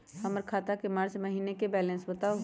हमर खाता के मार्च महीने के बैलेंस के बताऊ?